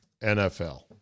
NFL